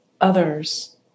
others